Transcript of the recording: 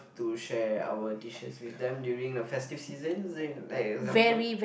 to share our dishes with them during the festive seasons like example